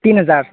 تین ہزار